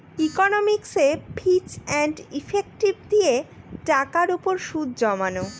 ইকনমিকসে ফিচ and effective দিয়ে টাকার উপর সুদ জমানো